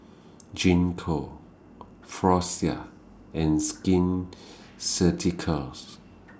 Gingko Floxia and Skin Ceuticals